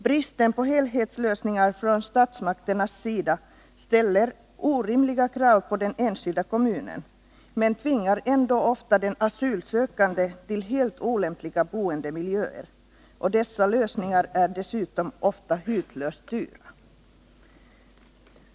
Bristen på helhetslösningar från statsmakternas sida ställer orimliga krav på den enskilda kommunen, men tvingar ändå ofta asylsökande till helt olämpliga boendemiljöer. Dessa lösningar är dessutom ofta hutlöst dyra.